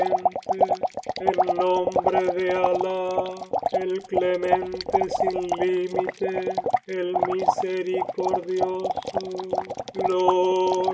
de alah el clemente sin límites el misericordioso